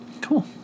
Cool